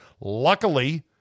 Luckily